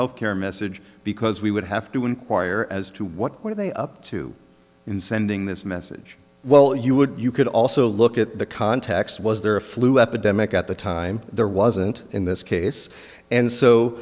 health care message because we would have to inquire as to what are they up to in sending this message well you would you could also look at the context was there a flu epidemic at the time there wasn't in this case and so